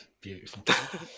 beautiful